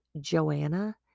Joanna